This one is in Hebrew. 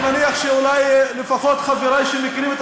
מי שימאן.) אני מניח שאולי לפחות חברי שמכירים את